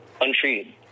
untreated